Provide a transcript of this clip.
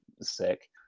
sick